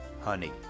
honey